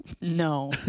No